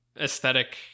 aesthetic